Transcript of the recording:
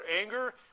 anger